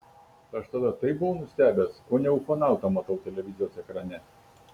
aš tada taip buvau nustebęs kone ufonautą matau televizoriaus ekrane